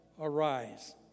arise